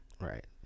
Right